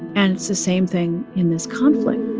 and it's the same thing in this conflict.